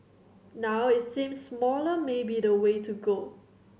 now it seems smaller may be the way to go